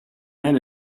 men